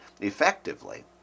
effectively